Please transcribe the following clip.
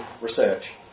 research